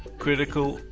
critical,